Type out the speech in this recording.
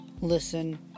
listen